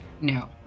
No